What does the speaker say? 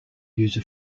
user